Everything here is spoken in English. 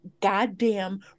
goddamn